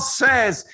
says